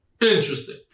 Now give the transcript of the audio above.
Interesting